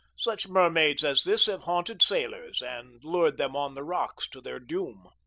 such mermaids as this have haunted sailors, and lured them on the rocks to their doom,